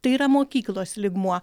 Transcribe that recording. tai yra mokyklos lygmuo